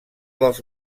dels